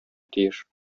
тиеш